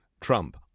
Trump